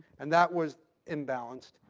and that was imbalanced,